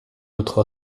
notre